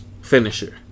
finisher